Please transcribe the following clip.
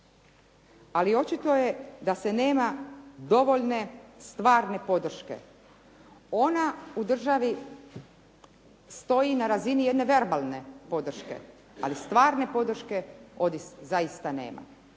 Ali očito je da se nema dovoljne stvarne podrške. Ona u državi stoji na razini jedne verbalne podrške, ali stvarne podrške ovdje zaista nema.